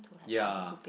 ya